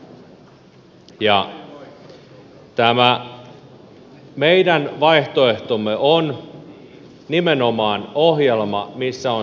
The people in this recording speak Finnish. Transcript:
tämä meidän vaihtoehtomme on nimenomaan ohjelma missä on sisältö